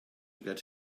get